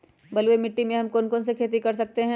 बलुई मिट्टी में हम कौन कौन सी खेती कर सकते हैँ?